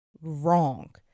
wrong